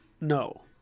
no